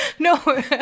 No